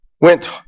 went